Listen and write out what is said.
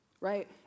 Right